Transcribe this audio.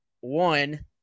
one